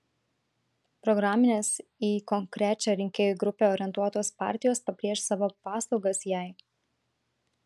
programinės į konkrečią rinkėjų grupę orientuotos partijos pabrėš savo paslaugas jai